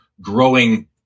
growing